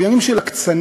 בימים של הקצנה,